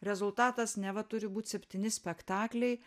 rezultatas neva turi būt septyni spektakliai